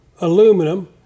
aluminum